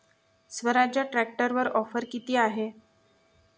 स्वराज्य ट्रॅक्टरवर ऑफर किती आहे?